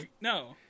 No